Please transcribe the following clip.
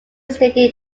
stated